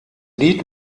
lied